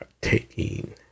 taking